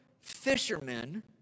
fishermen